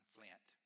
Flint